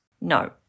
No